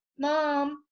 mom